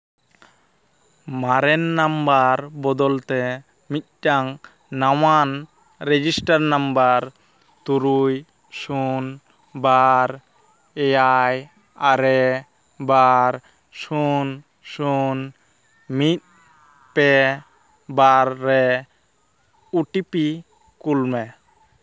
ᱢᱟᱨᱮᱱ ᱱᱟᱢᱵᱟᱨ ᱵᱚᱫᱚᱞ ᱛᱮ ᱢᱤᱫᱴᱟᱝ ᱱᱟᱣᱟᱱ ᱨᱮᱡᱤᱥᱴᱟᱨ ᱱᱟᱢᱵᱟᱨ ᱛᱩᱨᱩᱭ ᱥᱩᱱ ᱵᱟᱨ ᱮᱭᱟᱭ ᱟᱨᱮ ᱵᱟᱨ ᱥᱩᱱ ᱥᱩᱱ ᱢᱤᱫ ᱯᱮ ᱵᱟᱨ ᱨᱮ ᱳ ᱴᱤ ᱯᱤ ᱠᱩᱞ ᱢᱮ